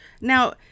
now